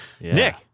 Nick